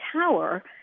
tower